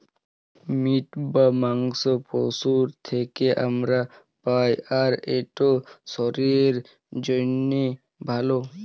meet বা মাংস পশুর থ্যাকে আমরা পাই, আর ইট শরীরের জ্যনহে ভাল